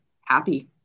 happy